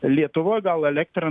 lietuvoj gal elektra